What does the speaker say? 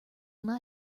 not